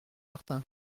martin